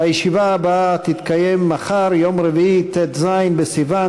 הישיבה הבאה תתקיים מחר, יום רביעי, ט"ז בסיוון